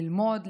ללמוד,